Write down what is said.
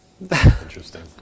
Interesting